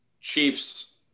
Chiefs